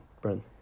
Brent